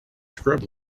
scrub